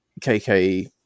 KK